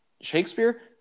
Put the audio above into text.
Shakespeare